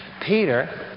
Peter